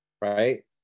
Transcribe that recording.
right